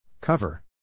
Cover